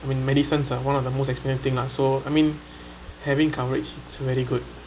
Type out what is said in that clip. when medicines ah one of the most expensive thing lah so I mean having coverage it's a very good